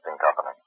company